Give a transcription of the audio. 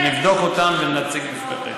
אני אבדוק אותן ואציג בפניכם.